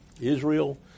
Israel